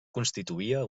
constituïa